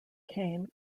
kane